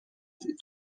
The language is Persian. بود